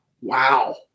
Wow